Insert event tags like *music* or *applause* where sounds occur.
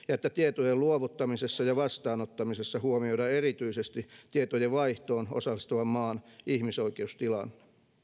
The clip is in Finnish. *unintelligible* ja että tietojen luovuttamisessa ja vastaanottamisessa huomioidaan erityisesti tietojen vaihtoon osallistuvan maan ihmisoikeustilanne